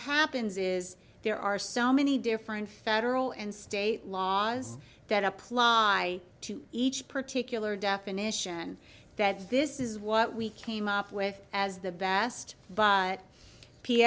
happens is there are so many different federal and state laws that apply to each particular definition that this is what we came up with as the best but p